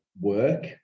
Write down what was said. work